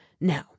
now